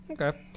Okay